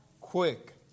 quick